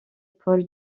paul